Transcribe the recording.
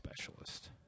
specialist